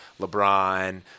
LeBron